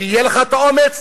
יהיה לך את האומץ,